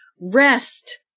rest